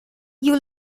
you